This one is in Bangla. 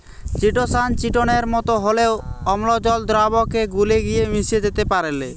চিটোসান চিটোনের মতো হলেও অম্লজল দ্রাবকে গুলে গিয়ে মিশে যেতে পারেল